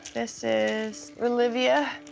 this is ralivia.